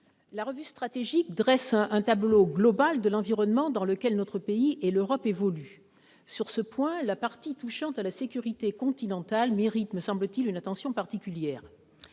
la revue stratégique dresse un tableau global de l'environnement dans lequel notre pays et l'Europe évoluent. Sur ce point, la partie touchant à la sécurité continentale mérite, me semble-t-il, une attention particulière.